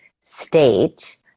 state